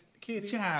Kitty